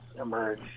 emerge